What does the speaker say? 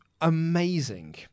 amazing